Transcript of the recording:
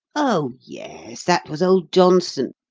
oh yes, that was old johnson,